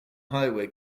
highway